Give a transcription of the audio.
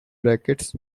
brackets